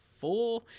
four